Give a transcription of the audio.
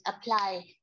apply